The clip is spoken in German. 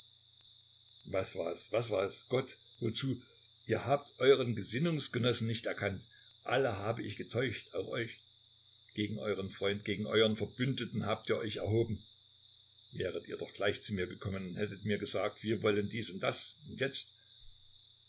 was war es was war es gott wozu ihr habt euren gesinnungsgenossen nicht erkannt alle habe ich getäuscht auch euch gegen euren freund gegen euren verbündeten habt ihr euch erhoben wäret ihr doch gleich zu mir gekommen und hättet mir gesagt wir wollen dies und das und jetzt